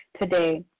today